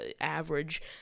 average